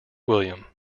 william